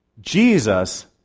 Jesus